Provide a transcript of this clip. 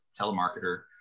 telemarketer